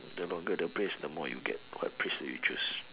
mm the longer the phrase the more you get what phrase do you choose